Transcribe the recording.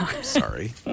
Sorry